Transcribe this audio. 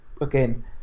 again